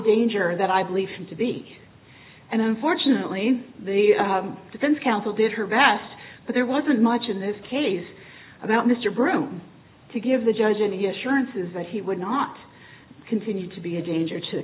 danger that i believe him to be and unfortunately the defense counsel did her best but there wasn't much in this case about mr broom to give the judge any assurances that he would not continue to be a danger to the